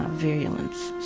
um virulence.